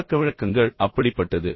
பழக்கவழக்கங்கள் அப்படிப்பட்டது